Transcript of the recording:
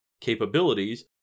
capabilities